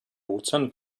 ozean